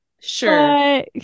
sure